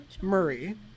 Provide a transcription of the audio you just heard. Murray